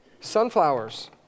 Sunflowers